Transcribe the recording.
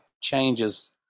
changes